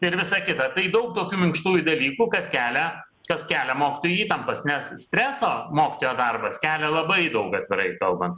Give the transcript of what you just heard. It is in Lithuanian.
ir visa kita tai daug tokių minkštųjų dalykų kas kelia tas kelia mokytojui įtampas nes streso mokytojo darbas kelia labai daug atvirai kalbant